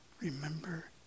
remember